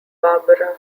barbara